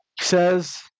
says